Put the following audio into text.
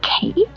...Kate